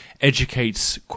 educates